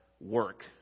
work